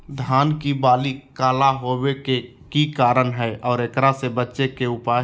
धान के बाली काला होवे के की कारण है और एकरा से बचे के उपाय?